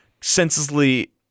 senselessly